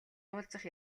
уулзах